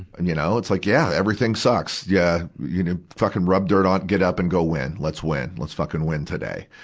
and you know, it's like, yeah, everything sucks, yeah. you know fucking rub dirt on, get up and go win, let's win. let's fucking win today.